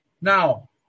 Now